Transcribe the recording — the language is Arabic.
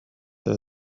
ألا